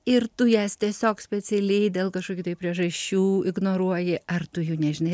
ir tu jas tiesiog specialiai dėl kažkokių tai priežasčių ignoruoji ar tu jų nežinai